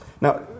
Now